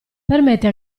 permette